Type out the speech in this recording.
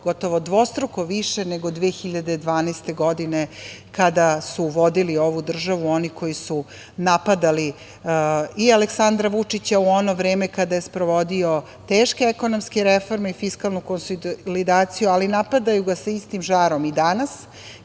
gotovo dvostruko više nego 2012. godine kada su vodili ovu državu oni koji su napadali i Aleksandra Vučića u ono vreme kada je sprovodio teške ekonomske reforme i fiskalnu konsolidaciju. Ali, napadaju ga sa istim žarom i danas